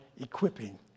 equipping